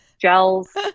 gels